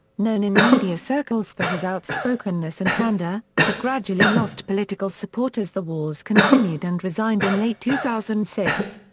known in media circles for his outspokenness and candor, he gradually lost political support as the wars continued and resigned in late two thousand and six.